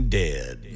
dead